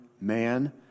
man